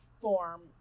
form